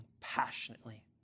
passionately